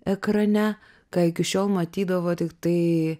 ekrane ką iki šiol matydavo tik tai